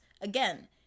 again